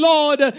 Lord